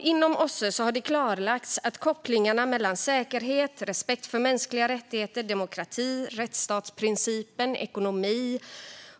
Inom OSSE har det klarlagts att kopplingarna mellan säkerhet, respekt för mänskliga rättigheter, demokrati, rättsstatsprincipen, ekonomi